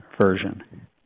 version